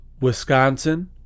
Wisconsin